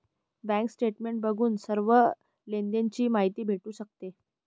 bank statement बघून सर्व लेनदेण ची माहिती भेटू शकते